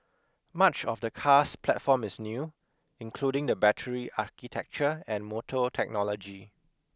much of the car's platform is new including the battery architecture and motor technology